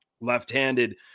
left-handed